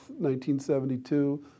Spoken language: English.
1972